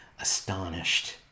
astonished